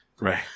right